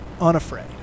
Unafraid